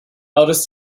eldest